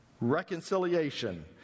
reconciliation